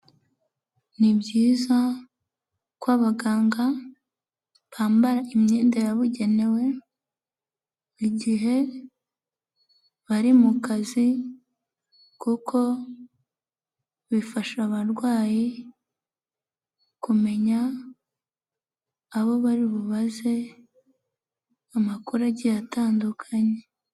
Ni byiza ko abaganga bambara imyenda yabugenewe igihe bari mu kazi kuko bifasha abarwayi kumenya abo bari bubaze amakuru agiye atandukanye.